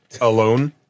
alone